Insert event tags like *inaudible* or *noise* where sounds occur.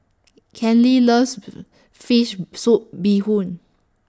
Kenley loves *noise* Fish Soup Bee Hoon